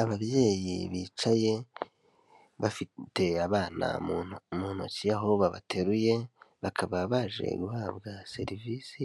Ababyeyi bicaye bafite abana mu ntoki aho babateruye, bakaba baje guhabwa serivisi